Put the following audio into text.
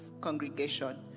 congregation